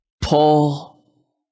Paul